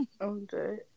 Okay